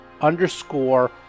underscore